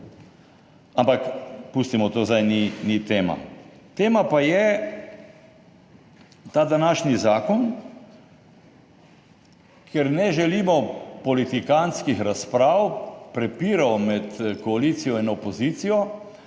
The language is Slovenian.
ampak pustimo to, zdaj ni tema. Tema pa je ta današnji zakon, kjer ne želimo politikantskih razprav, prepirov med koalicijo in opozicijo,